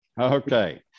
Okay